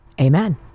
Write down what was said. Amen